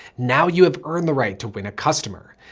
now you have earned the right to win a customer.